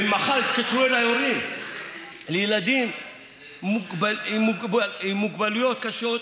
ומחר יתקשרו אליי הורים לילדים עם מוגבלויות קשות,